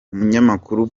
umunyamakuru